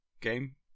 game